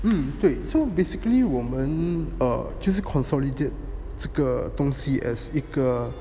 mm 对 so basically 我们 err 就是 consolidate 这个东西 as 一个